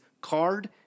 card